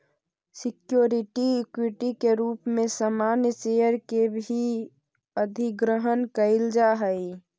security equity के रूप में सामान्य शेयर के भी अधिग्रहण कईल जा हई